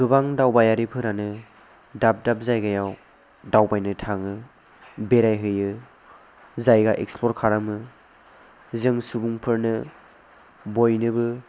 गोबां दावबायारिफोरानो दाब दाब जायगायाव दावबायनो थाङो बेरायहैयो जायगा एक्सप्ल'र खालामो जों सुबुंफोरनो बयनोबो